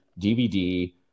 DVD